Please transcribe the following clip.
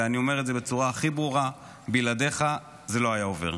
ואני אומר את זה בצורה הכי ברורה: בלעדיך זה לא היה עובר.